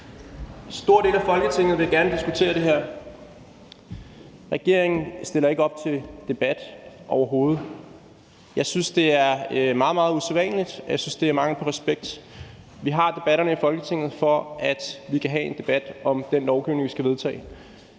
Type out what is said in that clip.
stor del af Folketinget vil gerne diskutere det her. Regeringen stiller ikke op til debat overhovedet. Jeg synes, det er meget, meget usædvanligt. Jeg synes, det er mangel på respekt. Vi har debatterne i Folketinget, for at vi kan have en debat om den lovgivning, vi skal vedtage.